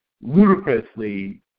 ludicrously